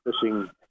fishing